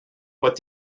what